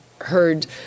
heard